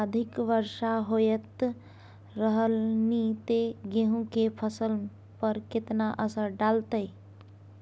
अधिक वर्षा होयत रहलनि ते गेहूँ के फसल पर केतना असर डालतै?